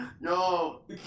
No